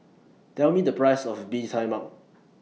Tell Me The Price of Bee Tai Mak